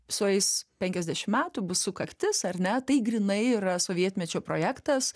sueis penkiasdešim metų bus sukaktis ar ne tai grynai yra sovietmečio projektas